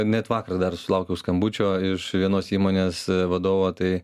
net vakar dar sulaukiau skambučio iš vienos įmonės vadovo tai